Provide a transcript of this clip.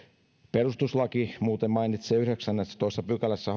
perustuslaki muuten mainitsee yhdeksännessätoista pykälässä